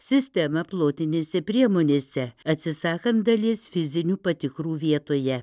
sistemą plotinėse priemonėse atsisakant dalies fizinių patikrų vietoje